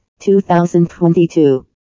2022